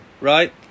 right